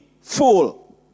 full